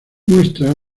muestra